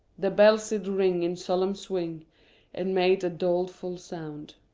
the bells did ring in solemn swing and made a doleful sound.